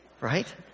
Right